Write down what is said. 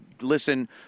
listen